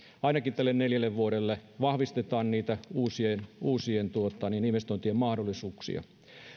ainakin tälle neljälle vuodelle vahvistetaan uusien uusien investointien mahdollisuuksia